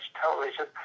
television